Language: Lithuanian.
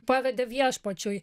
pavedė viešpačiui